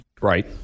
Right